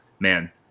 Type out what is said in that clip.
man